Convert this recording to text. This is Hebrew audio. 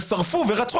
ושרפו ורצחו.